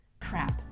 Crap